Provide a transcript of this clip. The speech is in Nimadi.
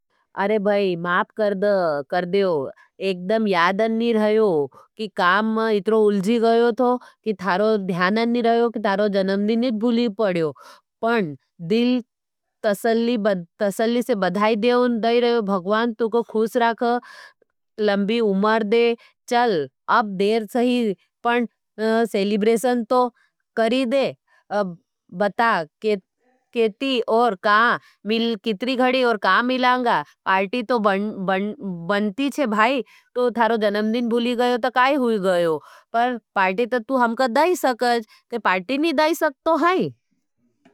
अरे भाई माप कर दये कर देओ, एकदम यादन नहीं रहयो, की काम इत्रो उलजी गयो थो, की थारो ध्यानन नहीं रहयो, की थारो जनमदिनेच भूली पड़ीयो। पण दिल तसली, तसली से बधाई देओं दाई रहयो, भगवान तुको खुस राखा, लंबी उमर दे। चल, अ पार्टी तो बन, बन, बनती छे भाई, तो तारो जनमदिन भूली गयो, तो काई हुई गयो, पर पार्टी तो तु हमकर दाई सकज, के पाटी में दाई सकतो हैं।